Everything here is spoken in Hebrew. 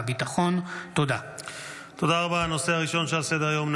5 ואליד אלהואשלה (רע"מ,